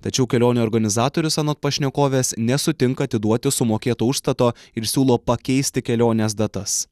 tačiau kelionių organizatorius anot pašnekovės nesutinka atiduoti sumokėto užstato ir siūlo pakeisti kelionės datas